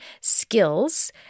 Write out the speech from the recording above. skills